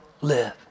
live